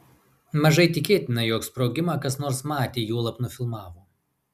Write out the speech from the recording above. mažai tikėtina jog sprogimą kas nors matė juolab nufilmavo